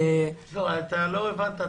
לא הבנת.